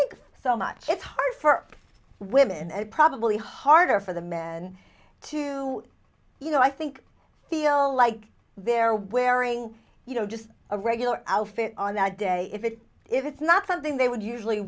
thinks so much it's hard for women and probably harder for the men to you know i think feel like they're wearing you know just a regular outfit on that day if it if it's not something they would usually